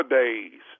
days